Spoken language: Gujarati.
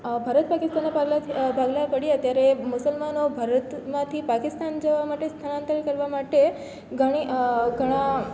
ભારત પાકિસ્તાનના ભાગલા થયા ભાગલા પડ્યા ત્યારે મુસલમાનો ભારતમાંથી પાકિસ્તાન જવા માટે સ્થળાંતર કરવા માટે ઘણી ઘણા